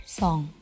song